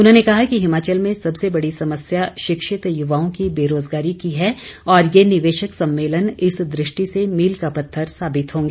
उन्होंने कहा कि हिमाचल में सबसे बड़ी समस्या शिक्षित युवाओं की बेरोजगारी की है और ये निवेशक सम्मेलन इस दृष्टि से मील का पत्थर साबित होगा